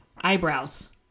eyebrows